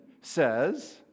says